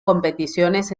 competiciones